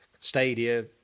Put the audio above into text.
stadia